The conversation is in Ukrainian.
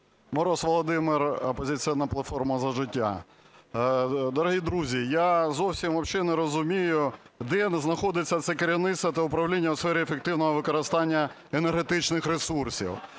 Мороз Володимир, "Опозиційна платформа – За життя". Дорогі друзі, я зовсім не розумію, де знаходиться це керівництво та управління у сфері ефективного використання енергетичних ресурсів.